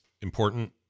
important